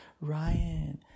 Ryan